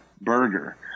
burger